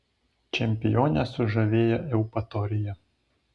čempionę sužavėjo eupatorija